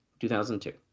2002